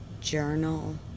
journal